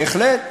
בהחלט.